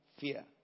Fear